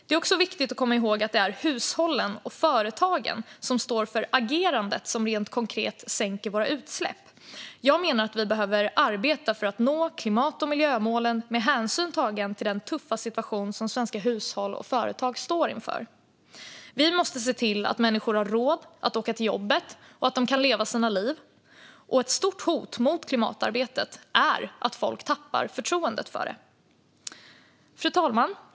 Det är också viktigt att komma ihåg att det är hushållen och företagen som står för det agerande som konkret sänker våra utsläpp. Jag menar att vi behöver arbeta för att nå klimat och miljömålen med hänsyn tagen till den tuffa situation som svenska hushåll och företag står inför. Vi måste se till att människor har råd att åka till jobbet och att de kan leva sina liv. Ett stort hot mot klimatarbetet är att folk tappar förtroendet för det. Fru talman!